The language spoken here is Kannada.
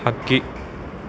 ಹಕ್ಕಿ